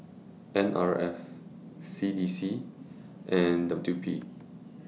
N R F C D C and W P